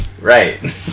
Right